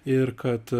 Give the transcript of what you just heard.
ir kad